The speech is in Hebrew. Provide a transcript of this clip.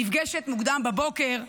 נפגשת מוקדם בבוקר,